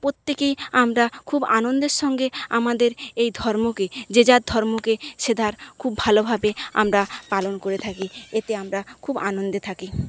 পত্যেকেই আমরা খুব আনন্দের সঙ্গে আমাদের এই ধর্মকে যে যার ধর্মকে সে তার খুব ভালোভাবে আমরা পালন করে থাকি এতে আমরা খুব আনন্দে থাকি